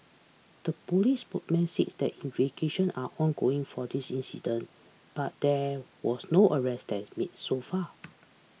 the police spokesman said that investigation are ongoing for this incident but that was no arrest made so far